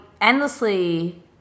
endlessly